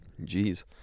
Jeez